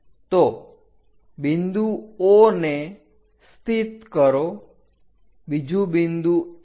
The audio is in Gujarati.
તો બિંદુ O ને સ્થિત કરો બીજું બિંદુ A